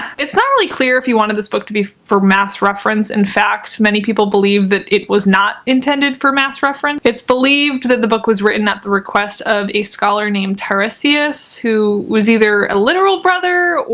it's not really clear if he wanted this book to be for mass reference. in fact, many people believe that it was not intended for mass reference. it's believed that the book was written at the request of a scholar named tarasius, who was either a literal brother,